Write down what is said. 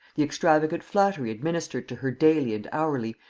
the extravagant flattery administered to her daily and hourly,